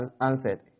answered